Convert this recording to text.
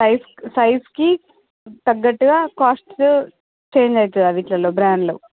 size సైజ్కి తగ్గట్టుగా cost change అవుతుంది ఆ విషయంలో బ్రాండ్లో